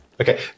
Okay